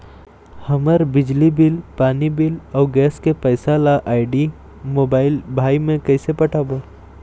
हमर बिजली बिल, पानी बिल, अऊ गैस के पैसा ला आईडी, मोबाइल, भाई मे कइसे पटाबो?